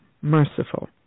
merciful